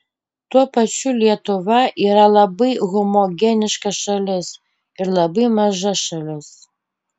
tuo pačiu lietuva yra labai homogeniška šalis ir labai maža šalis